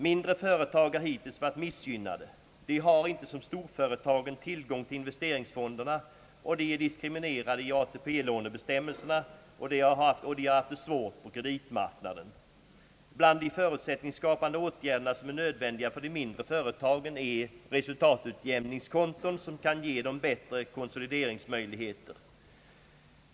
Mindre företag har hittills varit missgynnade. De har inte som storföretagen tillgång till investeringsfonderna, är diskriminerade av ATP-lånebestämmelserna, och de har haft det svårt på kreditmarknaden. Bland de förutsättningsskapande åtgärder som är nödvändiga för de mindre företagen är resultatutjämningskonton som ger dem bättre konsolideringsmöjligheter.